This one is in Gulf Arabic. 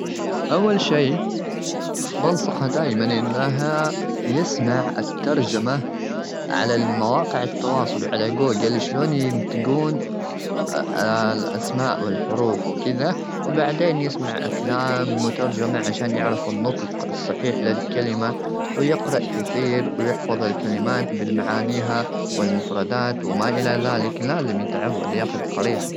أول شيء، بنصحه دايما إنها يسمع الترجمة على مواقع التواصل وعلى جوجل، شلون ينطقون الأسماء والحروف وكذا. وبعدين يسمع أفلام مترجمة عشان يعرفوا النطق الصحيح للكلمة. ويقرأ كثير ويحفظ الكلمات بالمعانيها والمفردات وما إلى ذلك. لازم يتعود، ياخذ قريحة.